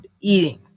eating